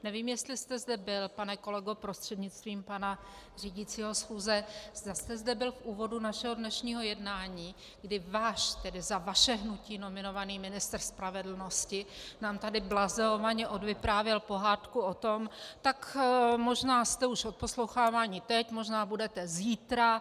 Nevím, jestli jste zde byl, pane kolego prostřednictvím pana řídícího schůze, zda jste zde byl v úvodu našeho dnešního jednání, kdy váš, tedy za vaše hnutí nominovaný ministr spravedlnosti nám tady blazeovaně odvyprávěl pohádku o tom tak možná jste už odposloucháváni teď, možná budete zítra.